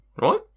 right